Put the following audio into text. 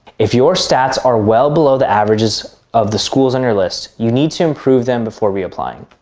if your stats are well below the averages of the schools on your list, you need to improve them before reapplying.